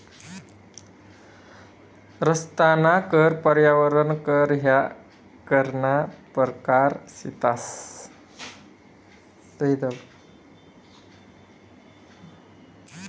रस्ताना कर, पर्यावरण कर ह्या करना परकार शेतंस